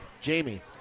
Jamie